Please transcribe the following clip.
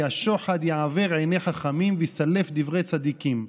השחד יְעַוֵּר עיני חכמים ויסלף דברי צדיקִם.